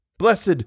Blessed